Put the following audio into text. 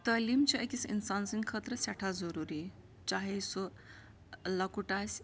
تٲلیٖم چھِ أکِس اِنسان سٕنٛدۍ خٲطرٕ سٮ۪ٹھاہ ضٔروٗری چاہے سُہ لۄکُٹ آسہِ